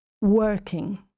working